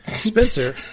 Spencer